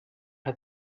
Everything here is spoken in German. hat